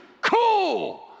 cool